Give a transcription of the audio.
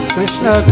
Krishna